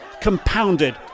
compounded